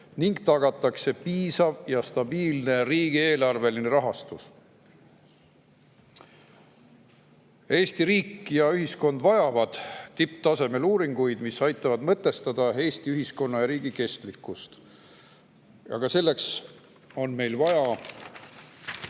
ning tagatakse nende piisav ja stabiilne riigieelarveline rahastus. Eesti riik ja ühiskond vajavad tipptasemel uuringuid, mis aitavad mõtestada Eesti ühiskonna ja riigi kestlikkust. Aga selleks on meil vaja